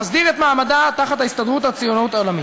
המסדיר את מעמדה תחת ההסתדרות הציונית העולמית.